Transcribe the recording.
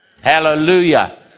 Hallelujah